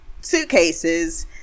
suitcases